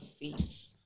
faith